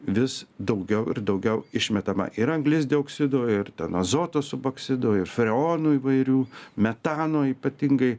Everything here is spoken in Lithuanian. vis daugiau ir daugiau išmetama ir anglies dioksido ir ten azoto suboksido ir freonų įvairių metano ypatingai